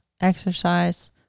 exercise